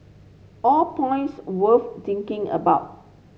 all points worth thinking about